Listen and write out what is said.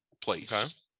place